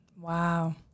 Wow